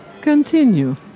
Continue